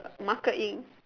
marker in